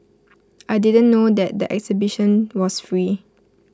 I didn't know there the exhibition was free